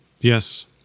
Yes